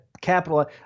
capitalize